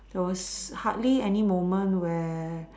there was hardly any moment where